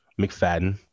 mcfadden